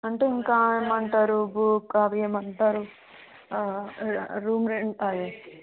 అంటే ఇంకా ఏమంటారు ఏమంటారు అదే రూమ్ రెంట్ అదే